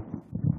אדוני היושב-ראש,